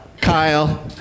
Kyle